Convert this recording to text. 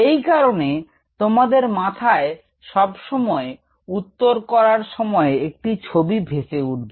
এ কারণে তোমাদের মাথায় সব সময় উত্তর করবার সময় একটি ছবি ভেসে উঠবে